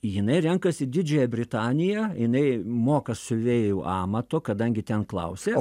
jinai renkasi didžiąją britaniją jinai moka siuvėjų amato kadangi ten klausė